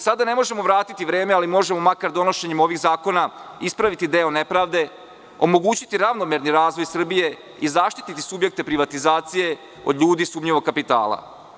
Sada ne možemo vratiti vreme, ali možemo makar donošenje ovih zakona ispraviti deo nepravde, omogućiti ravnomerni razvoj Srbije i zaštititi subjekte privatizacije od ljudi sumnjivog kapitala.